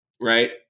right